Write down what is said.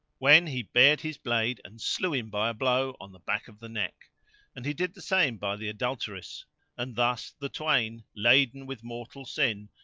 when he bared his blade and slew him by a blow on the back of the neck and he did the same by the adulteress and thus the twain, laden with mortal sin,